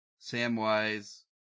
Samwise